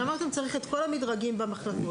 אז אמרתם שצריך את כל המדרגים במחלקות.